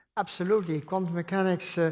absolutely. quantum mechanics,